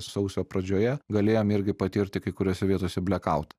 sausio pradžioje galėjom irgi patirti kai kuriose vietose black out